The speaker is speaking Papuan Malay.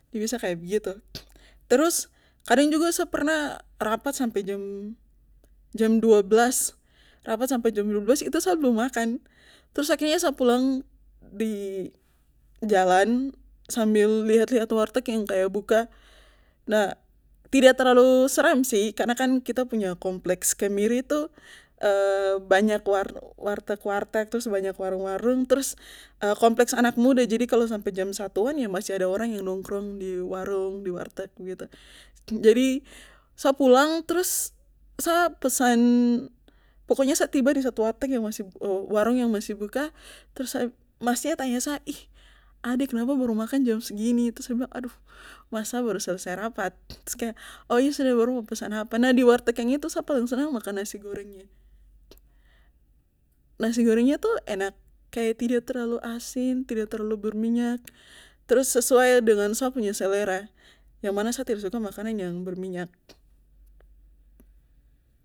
De biasa kaya begitu terus kadang juga sa pernah rapat sampe jam jam dua belas jam dua belas itu sa belum makan trus akhirnya sa pulang di jalan sambil liat liat warteg yang kaya buka nah tidak terlalu seram sih karena kita punya kompleks kemiri itu banyak warteg warteg trus banyak warung warung trus kompleks anak muda jadi kalo sampe jam satuan yah masih ada orang yang nongkrong di warung di warteg begitu jadi sa pulang trus sa pesan pokonya sa tiba di satu warteg yang masih buka warung yang masih buka trus sa trus masnya tanya sa ih ana kenapa baru makan jam segini trus sa bilang aduh mas sa baru selesai rapat oh iyo sudah baru mau pesan apa nah di warteg itu sa paling senang makan nasi goregnya, nasi gorengnya tuh enak kaya tidak terlalu asin tidak terlalu berminyak trus sesuai dengan sa pu selera yang mana sa tidak suka makanan yang berminyak